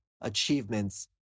achievements